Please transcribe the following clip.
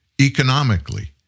economically